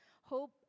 hope